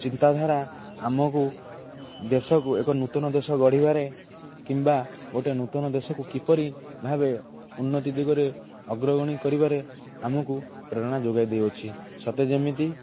ଚିନ୍ତାଧାରା ଆମକୁ ଦେଶକୁ ଏକ ନୂତନ ଦେଶ ଗଢ଼ିବାରେ କିମ୍ବା ଗୋଟେ ନୂତନ ଦେଶକୁ କିପରି ଭାବେ ଉନ୍ନତି ଦିଗରେ ଅଗ୍ରଗଣୀ କରିବାରେ ଆମକୁ ପ୍ରେରଣା ଯୋଗାଇ ଦେଇ ଅଛି ସତେ ଯେମିତି